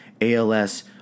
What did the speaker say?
ALS